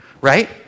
right